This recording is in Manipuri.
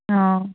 ꯑꯣ